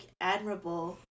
admirable